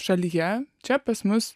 šalyje čia pas mus